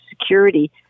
security